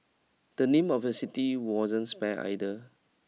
the name of the city wasn't spared either